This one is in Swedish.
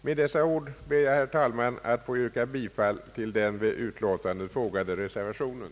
Med dessa ord ber jag, herr talman, att få yrka bifall till den vid utlåtandet fogade reservationen.